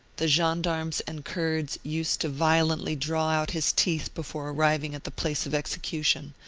the gendarmes and kurds used to violently draw out his teeth before arriving at the place of execution,